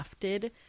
crafted